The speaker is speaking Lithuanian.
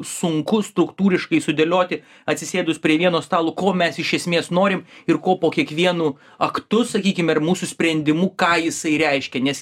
sunku struktūriškai sudėlioti atsisėdus prie vieno stalo ko mes iš esmės norim ir ko po kiekvienu aktu sakykim ar mūsų sprendimu ką jisai reiškia nes